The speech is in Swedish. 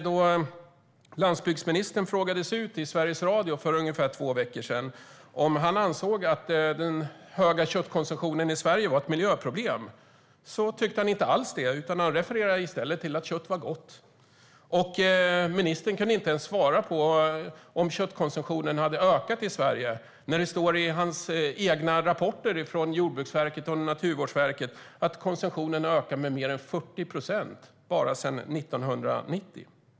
När landsbygdsministern frågades ut i Sveriges Radio för ungefär två veckor sedan om han ansåg att den höga köttkonsumtionen i Sverige var ett miljöproblem tyckte han inte det utan refererade i stället till att kött är gott. Ministern kunde inte ens svara på om köttkonsumtionen hade ökat i Sverige trots att det står i Jordbruksverkets och Naturvårdsverkets rapporter att konsumtionen har ökat med mer än 40 procent sedan 1990.